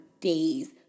days